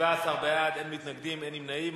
17 בעד, אין מתנגדים, אין נמנעים.